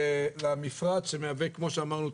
למפרץ שמהווה כמו שאמרנו,